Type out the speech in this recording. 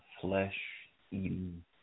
flesh-eating